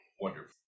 Wonderful